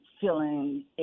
feeling